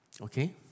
Okay